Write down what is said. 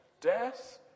Death